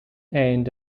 end